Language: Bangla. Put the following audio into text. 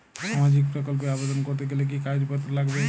সামাজিক প্রকল্প এ আবেদন করতে গেলে কি কাগজ পত্র লাগবে?